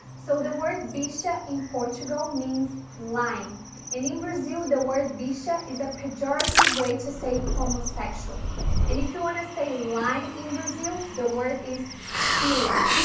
so the word bicha in portugal means line and in brazil, the word bicha is a pejorative way to say homosexual and if you want to say line in brazil, the word is fila.